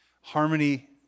Harmony